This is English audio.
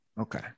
Okay